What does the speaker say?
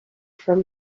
from